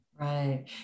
right